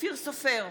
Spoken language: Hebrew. אופיר סופר,